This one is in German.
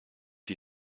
wie